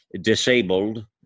disabled